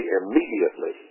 immediately